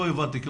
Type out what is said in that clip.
לא הבנתי,